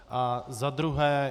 A za druhé.